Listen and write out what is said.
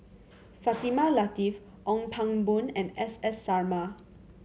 Fatimah Lateef Ong Pang Boon and S S Sarma